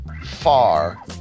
far